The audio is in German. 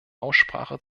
aussprache